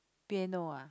piano ah